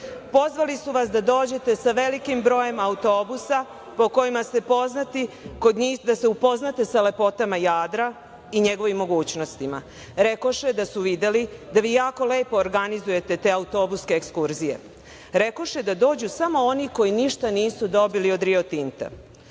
pozvali su vas da dođete sa velikim brojem autobusa, po kojima ste poznati, kod njih, da se upoznate sa lepotama Jadra i njegovim mogućnostima; rekoše da su videli da vi jako lepo organizujete te autobuske ekskurzije, rekoše da dođu samo oni koji ništa nisu dobili od Rio Tinta.